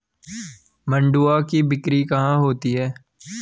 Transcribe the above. मंडुआ की बिक्री कहाँ होती है?